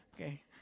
okay